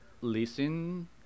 listen